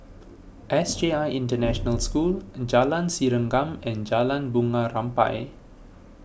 S J I International School in Jalan Serengam and Jalan Bunga Rampai